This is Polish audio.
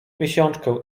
miesiączkę